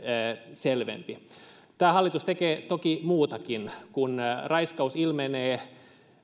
selvempi tämä hallitus tekee toki muutakin kun raiskaus ilmenee